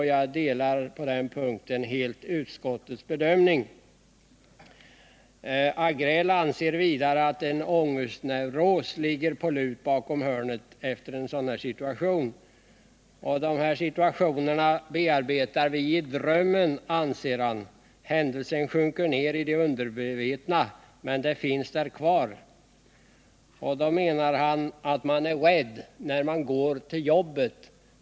Jag delar på den punkten helt utskottets bedömning. Agrell anser vidare att en ångestneuros ligger på lut bakom hörnet efter en sådan här situation. Sådana situationer bearbetar vi i drömmen, anser han. Händelsen sjunker ned i det undermedvetna, men där finns den kvar. Man är rädd när man går till jobbet.